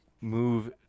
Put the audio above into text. Move